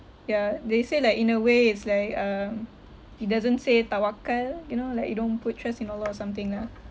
ya they say like in a way it's like um it doesn't say tawakkul you know like you don't put trust in allah or something lah